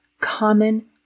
common